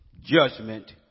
judgment